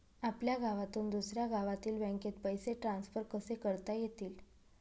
आपल्या गावातून दुसऱ्या गावातील बँकेत पैसे ट्रान्सफर कसे करता येतील?